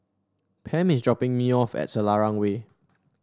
Pam is dropping me off at Selarang Way